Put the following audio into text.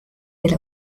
del